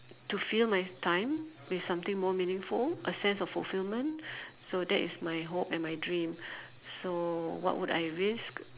to fill my time with something more meaningful a sense of fulfilment so that is my hope and my dream so what would I risk